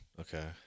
Okay